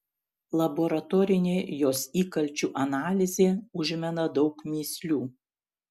laboratorinė jos įkalčių analizė užmena daug mįslių